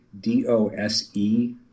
d-o-s-e